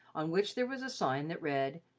on which there was a sign that read,